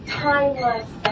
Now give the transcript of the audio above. timeless